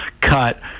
cut